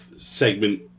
Segment